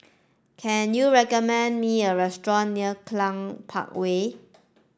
can you recommend me a restaurant near Cluny Park Way